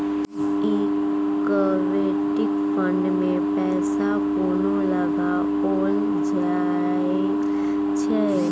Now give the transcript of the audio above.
Equity fund मे पैसा कोना लगाओल जाय छै?